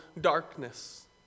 darkness